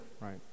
right